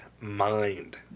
mind